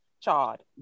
Chad